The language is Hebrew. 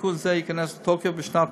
ותיקון זה ייכנס לתוקף בשנת,